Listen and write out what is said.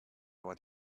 what